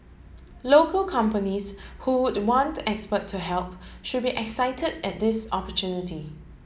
local companies who would want expert to help should be excited at this opportunity